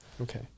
Okay